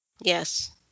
Yes